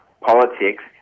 politics